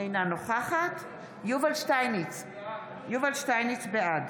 אינה נוכחת יובל שטייניץ, בעד